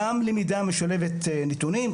גם למידה משולבת נתונים.